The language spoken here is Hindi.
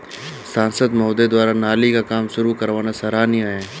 सांसद महोदय द्वारा नाली का काम शुरू करवाना सराहनीय है